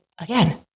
again